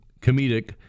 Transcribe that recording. comedic